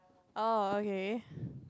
oh okay